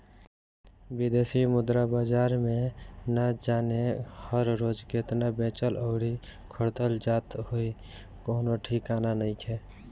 बिदेशी मुद्रा बाजार में ना जाने हर रोज़ केतना बेचल अउरी खरीदल जात होइ कवनो ठिकाना नइखे